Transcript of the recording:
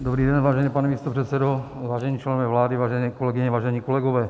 Dobrý den, vážený pane místopředsedo, vážení členové vlády, vážené kolegyně, vážení kolegové.